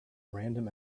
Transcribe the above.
random